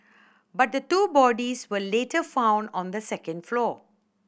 but the two bodies were later found on the second floor